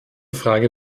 frage